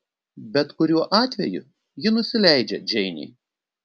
bet kuriuo atveju ji nusileidžia džeinei